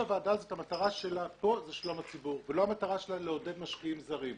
היא שלום הציבור, לא לעודד משקיעים זרים.